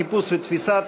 חיפוש ותפיסה),